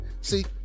see